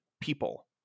people